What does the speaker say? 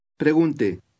Pregunte